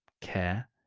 care